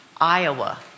Iowa